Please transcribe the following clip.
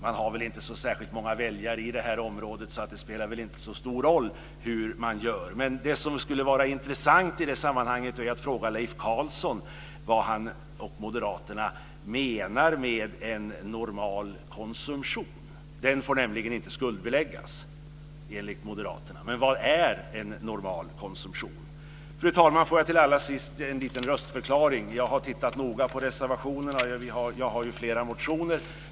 Man har väl inte särskilt många väljare på det här området, så det spelar väl inte så stor roll hur man gör. Men det som skulle var intressant i det sammanhanget är att fråga Leif Carlson vad han och moderaterna menar med en normal konsumtion. Den får nämligen inte skuldbeläggas, enligt moderaterna. Men vad är en normal konsumtion? Fru talman! Får jag allra sist avge en liten röstförklaring. Jag har tittat noga på reservationerna, och jag har ju flera motioner.